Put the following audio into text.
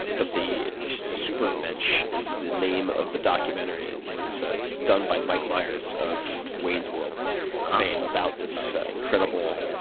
but the supermensch is the name of the documentary. it and it was ah done by mike myers of wayne's world fame about this incredible,